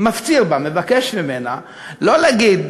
מפציר בה, מבקש ממנה, לא להגיד